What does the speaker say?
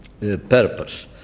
purpose